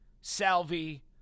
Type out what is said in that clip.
Salvi